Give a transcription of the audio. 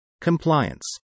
Compliance